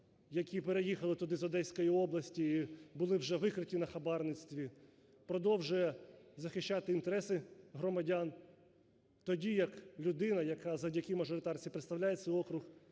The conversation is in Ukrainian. які переїхали туди з Одеській області і були вже викриті на хабарництві, продовжує захищати інтереси громадян. Тоді як людина, яка завдяки мажоритарці представляє цей округ,